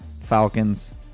falcons